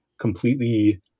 completely